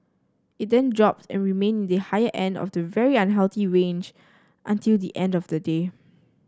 it then dropped and remained in the higher end of the very unhealthy range until the end of the day